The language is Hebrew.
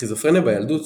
בסכיזופרניה בילדות,